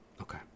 Okay